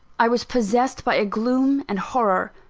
i was possessed by a gloom and horror,